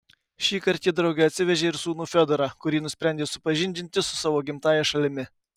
šįkart ji drauge atsivežė ir sūnų fiodorą kurį nusprendė supažindinti su savo gimtąja šalimi